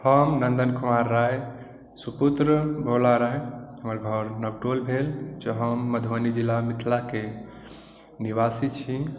हम नन्दन कुमार राय सुपुत्र भोला राय हमर घर नवटोल भेल जँ हम मधुबनी जिला मिथिलाके निवासी छी